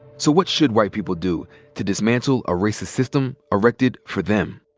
so what should white people do to dismantle a racist system erected for them?